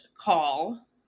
call